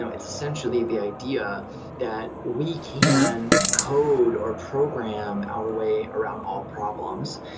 so it's essentially the idea that we can code or program our way around all problems,